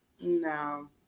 no